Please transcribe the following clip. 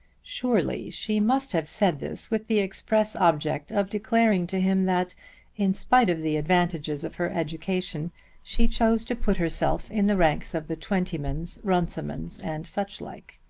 surely she must have said this with the express object of declaring to him that in spite of the advantages of her education she chose to put herself in the ranks of the twentymans, runcimans and such like.